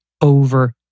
over